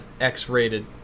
X-rated